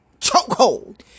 chokehold